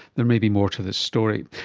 there may be more to this story.